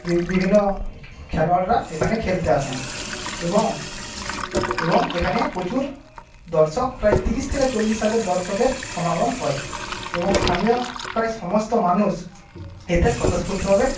বিভিন্ন খেলোয়াড়রা এখানে খেলতে আসেন এবং এবং এখানে প্রচুর দর্শক প্রায় তিরিশ থেকে চল্লিশ হাজার দর্শকের সমাগম হয় এবং স্থানীয় প্রায় সমস্ত মানুষ এতে স্বতঃস্ফূর্তভাবে